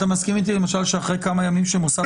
אתה מסכים איתי למשל שאחרי כמה ימים שמוסד